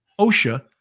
OSHA